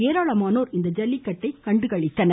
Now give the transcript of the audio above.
ஏராளமானோர் இந்த ஐல்லிக்கட்டை கண்டு களித்தனர்